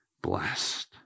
blessed